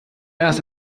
erst